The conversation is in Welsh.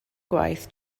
gwaith